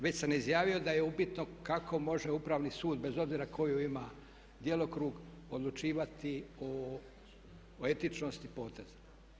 Već sam izjavio da je upitno kako može upravni sud bez obzira koji ima djelokrug odlučivati o etičnosti poteza.